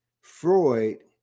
Freud